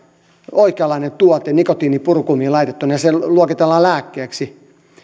oikeanlainen tuote nikotiini purukumiin laitettuna ja se luokitellaan lääkkeeksi